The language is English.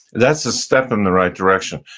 that's a step in the right direction.